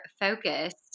focused